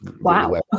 Wow